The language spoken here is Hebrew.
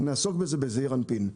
נעסוק בזעיר אנפין.